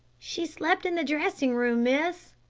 she slept in the dressing-room, miss.